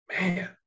Man